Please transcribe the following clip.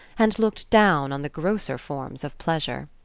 and looked down on the grosser forms of pleasure.